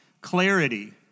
clarity